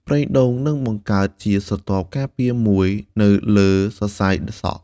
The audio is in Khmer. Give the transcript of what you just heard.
ប្រេងដូងនឹងបង្កើតជាស្រទាប់ការពារមួយនៅលើសរសៃសក់។